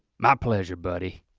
my pleasure buddy.